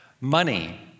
money